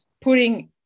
putting